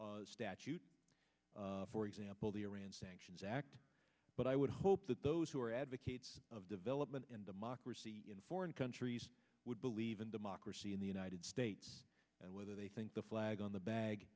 ignore statute for example the iran sanctions act but i would hope that those who are advocates of development in democracy in foreign countries would believe in democracy in the united states and whether they think the flag on the bag